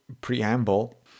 preamble